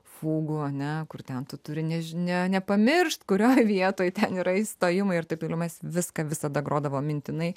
fugų ane kur ten tu turi nežinia nepamiršt kurioje vietoj ten yra įstojimai ir taip toliau mes viską visada grodavom mintinai